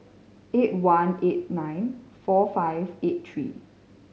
eight one eight nine four five eight three